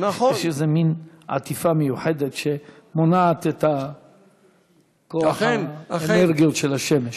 יש איזה מין עטיפה מיוחדת שמונעת את כוח האנרגיות של השמש.